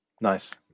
Nice